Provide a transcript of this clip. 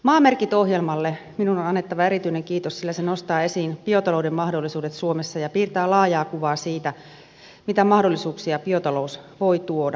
maamerkit ohjelmalle minun on annettava erityinen kiitos sillä se nostaa esiin biotalouden mahdollisuudet suomessa ja piirtää laajaa kuvaa siitä mitä mahdollisuuksia biotalous voi tuoda